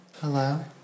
Hello